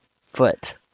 foot